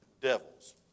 devils